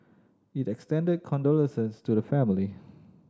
it extended condolences to the family